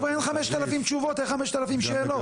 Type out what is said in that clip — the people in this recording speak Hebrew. חבר'ה, אין 5,000 תשובות, איך 5,000 שאלות?